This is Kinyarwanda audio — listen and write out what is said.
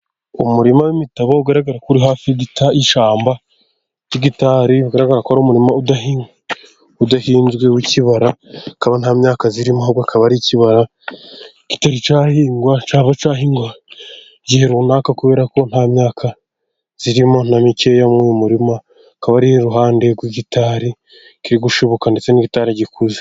Umurima w'imitabo ugaragara ko uri hafi y'gitari y'ishyamba, igitari bigaragara ko ari umurimo udahinzwe w'ikibara, hakaba nta myaka irimo ahubwo akaba ari ikibara kitari cyahingwa, cyaba cyahingwa igihe runaka kubera ko nta myaka irimo na mikeya muri uyu murima, akaba ari iruhande rw'igitari kiri gushibuka, ndetse n'igitare gikuze.